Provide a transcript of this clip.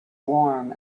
warm